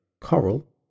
coral